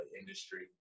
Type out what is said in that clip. industry